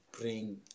bring